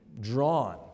drawn